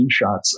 screenshots